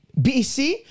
BC